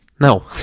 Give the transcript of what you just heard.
No